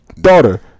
daughter